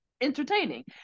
entertaining